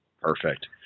Perfect